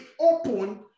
open